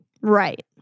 Right